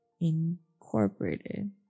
Incorporated